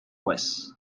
west